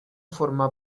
forma